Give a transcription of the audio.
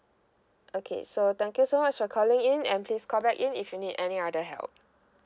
okay so thank you so much for calling in and please call back in if you need any other help